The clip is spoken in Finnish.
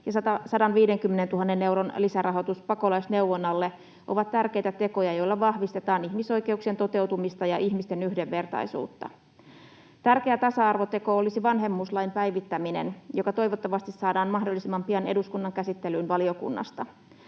ja 150 000 euron lisärahoitus Pakolaisneuvonnalle ovat tärkeitä tekoja, joilla vahvistetaan ihmisoikeuksien toteutumista ja ihmisten yhdenvertaisuutta. Tärkeä tasa-arvoteko olisi vanhemmuuslain päivittäminen, joka toivottavasti saadaan mahdollisimman pian eduskunnan käsittelyyn valiokunnasta.